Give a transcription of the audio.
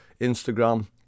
Instagram